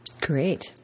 Great